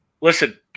Listen